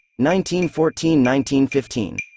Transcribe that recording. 1914-1915